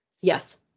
yes